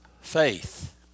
Faith